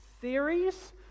theories